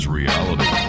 reality